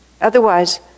Otherwise